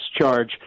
charge